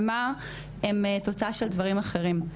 ומה הם תוצאה של דברים אחרים.